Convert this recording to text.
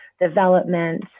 development